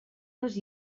les